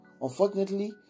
Unfortunately